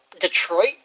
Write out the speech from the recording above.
Detroit